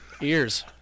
Ears